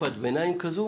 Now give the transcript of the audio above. תקופת ביניים כזו